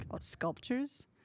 sculptures